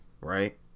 right